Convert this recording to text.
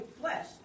flesh